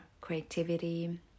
creativity